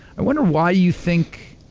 i wonder why, you think,